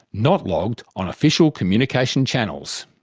not logged on official communication channels.